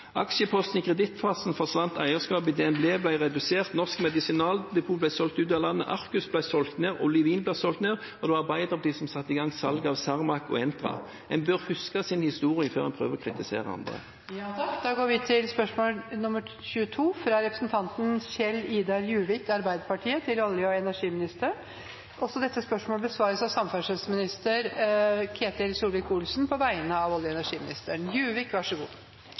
aksjeposten i Kreditkassen forsvant, eierskapet i DNB ble redusert, Norsk Medisinaldepot ble solgt ut av landet, Arcus ble solgt ned, Olivin ble solgt ned, og det var Arbeiderpartiet som satte i gang salget av Cermaq og Entra. En bør huske sin historie før en prøver å kritisere andre. Også dette spørsmålet, fra representanten Kjell-Idar Juvik til olje- og energiministeren, besvares av samferdselsministeren på vegne av olje- og energiministeren. Jeg har stilt et spørsmål til olje- og energiministeren,